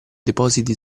depositi